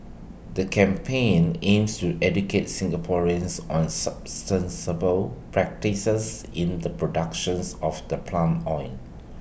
the campaign aims to educate Singaporeans on substance ball practices in the productions of the plum oil